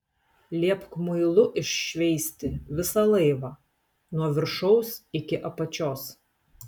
liepk muilu iššveisti visą laivą nuo viršaus iki apačios